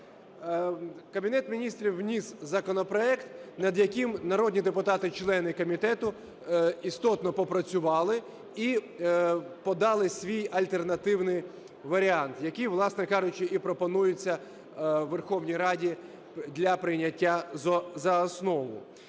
Кабінет Міністрів вніс законопроект, над яким народні депутати члени комітету істотно попрацювали і подали свій альтернативний варіант, який, власне кажучи, і пропонується Верховній Раді для прийняття за основу.